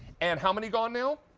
and how many gone now?